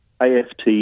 aft